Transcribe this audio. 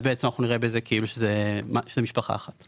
אנחנו נראה בזה כאילו שזו משפחה אחת.